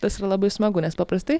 tas yra labai smagu nes paprastai